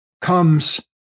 comes